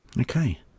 okay